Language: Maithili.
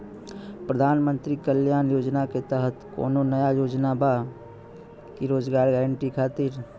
प्रधानमंत्री कल्याण योजना के तहत कोनो नया योजना बा का रोजगार गारंटी खातिर?